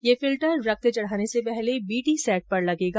यह फिल्टर रक्त चढ़ाने से पहले बीटी सेट पर लगेगा